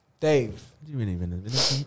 Dave